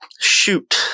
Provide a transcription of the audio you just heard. shoot